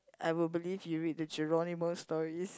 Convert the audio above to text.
I would believe you read the Geronimo story